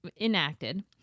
enacted